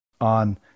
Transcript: on